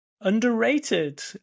underrated